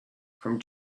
from